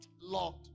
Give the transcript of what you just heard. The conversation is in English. Lord